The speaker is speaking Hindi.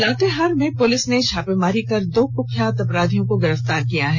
लातेहार पुलिस ने छापेमारी कर दो कुख्यात अपराधियों को गिरफ्तार किया है